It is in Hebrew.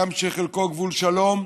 הגם שחלקו גבול שלום,